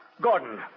Gordon